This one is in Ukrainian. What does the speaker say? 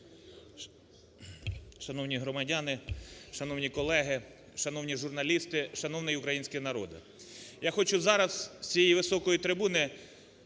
Шановні громадяни! Шановні колеги! Шановні журналісти! Шановний український народе! Я хочу зараз з цієї високої трибуни